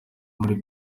muri